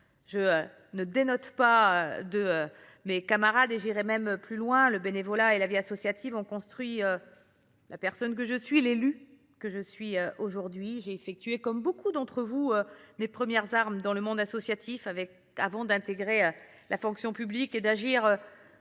Je ne diffère pas de mes camarades et j’irai même plus loin, le bénévolat et la vie associative ayant construit la personne et l’élue que je suis aujourd’hui. J’ai effectué, comme beaucoup d’entre vous, mes premières armes dans le monde associatif avant d’intégrer la fonction publique et d’agir